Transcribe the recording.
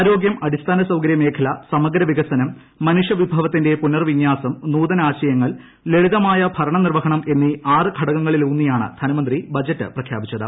ആരോഗ്യം അടിസ്ഥാന സ്ഥാകര്യ് മേഖല സമഗ്ര വികസനം മനുഷ്യ വിഭവത്തിന്റെ പ്രുന്ന്ർവിന്യാസം നൂതന ആശയങ്ങൾ ലളിതമായ ഭരണ നിർവീഹ്ണം എന്നീ ആറ് ഘടകങ്ങളിലൂന്നിയാണ് ധനമന്ത്രി ബജറ്റ് പ്രഖ്യാപിച്ചത്